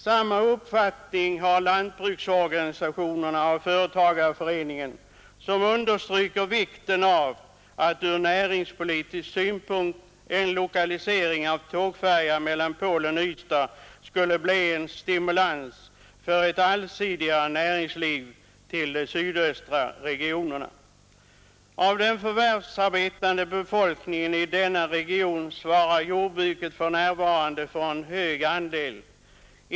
Samma uppfattning har lantbruksorganisationerna och företagarföreningen, som understryker att ur näringspolitisk synpunkt en lokalisering av tågfärja mellan Polen och Ystad skulle bli en stimulans för ett allsidigare näringsliv i de sydöstra regionerna. Av den förvärvsarbetande befolkningen i denna region svarar jordbruket för en hög andel.